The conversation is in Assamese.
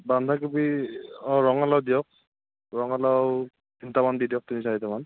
বন্ধাকবি অঁ ৰঙলাও দিয়ক ৰঙলাও তিনিটা মান দি দিয়ক তিনি চাৰিটা মান